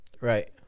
Right